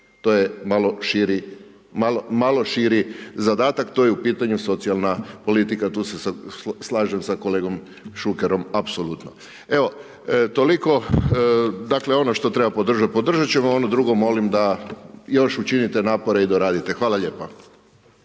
To je malo širi zadatak, to je u pitanju socijalna politika, tu se slažem sa kolegom Šukerom apsolutno. Evo toliko, dakle ono što treba podržat, podržat ćemo, a ono drugo molim da još učinite napore i doradite. Hvala lijepa.